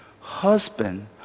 Husband